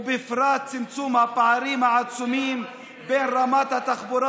ובפרט בצמצום הפערים העצומים בין רמת התחבורה